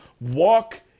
walk